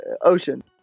ocean